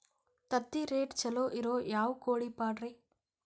ತತ್ತಿರೇಟ್ ಛಲೋ ಇರೋ ಯಾವ್ ಕೋಳಿ ಪಾಡ್ರೇ?